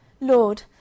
Lord